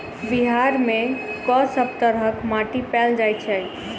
बिहार मे कऽ सब तरहक माटि पैल जाय छै?